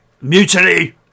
Mutiny